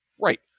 Right